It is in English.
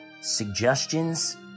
suggestions